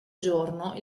giorno